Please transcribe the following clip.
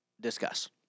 Discuss